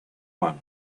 one